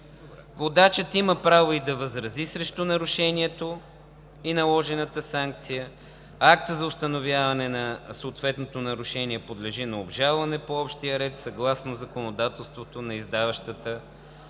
Водачът има право да възрази срещу нарушението и наложената санкция, а актът за установяване на съответното нарушение подлежи на обжалване по общия ред съгласно законодателството на издаващата го